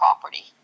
property